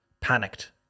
panicked